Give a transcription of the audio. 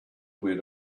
went